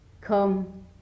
come